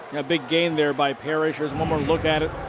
big gain there by parrish. there's one more look at it.